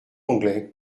anglais